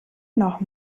noch